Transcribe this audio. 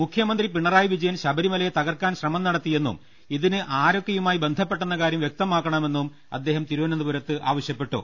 മുഖ്യമന്ത്രി പിണറായി വിജയൻ ശബരിമലയെ തകർക്കാൻ ശ്രമം നടത്തിയെന്നും ഇതിന് ആരൊക്കെയുമായി ബന്ധപ്പെ ട്ടെന്ന കാര്യം വ്യക്തമാക്കണ്മെന്നും അദ്ദേഹം തിരുവനന്തപുരത്ത് ആവ ശ്യപ്പെട്ടു